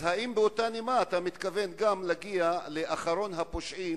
האם אתה מתכוון גם להגיע לאחרון הפושעים